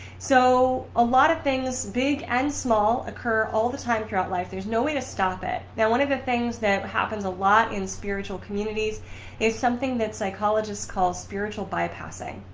so a lot of things big and small occur all the time throughout life. there's no way to stop it. now one of the things that happens a lot in spiritual communities is something that psychologists call spiritual bypassing.